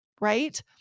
Right